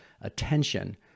attention